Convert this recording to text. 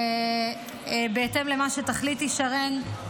בהתאם למה שתחליטי, שרן.